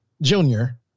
Junior